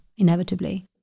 inevitably